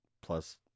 plus